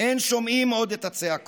אין שומעים / עוד את הצעקות.